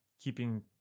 keeping